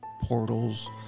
portals